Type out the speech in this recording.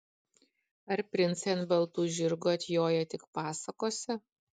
ar princai ant baltų žirgų atjoja tik pasakose